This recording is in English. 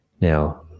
Now